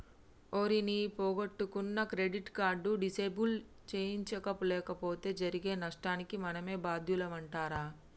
ఓరి నీ పొగొట్టుకున్న క్రెడిట్ కార్డు డిసేబుల్ సేయించలేపోతే జరిగే నష్టానికి మనమే బాద్యులమంటరా